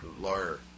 Lawyer